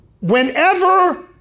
whenever